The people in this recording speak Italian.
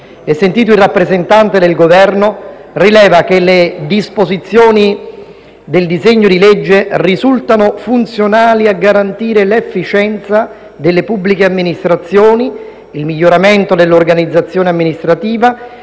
e sentito il rappresentante del Governo, rileva che le disposizioni del disegno di legge risultano funzionali a garantire l’efficienza delle pubbliche amministrazioni, il miglioramento dell’organizzazione amministrativa